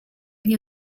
nie